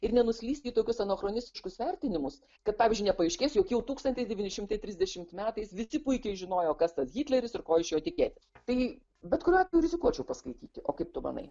ir nenuslysti į tokius anachroniškus vertinimus kad pavyzdžiui nepaaiškės jog jau tūkstantis devyni šimtai trisdešimt metais visi puikiai žinojo kas tas hitleris ir ko iš jo tikėtis tai bet kuriuo atveju rizikuočiau paskaityti o kaip tu manai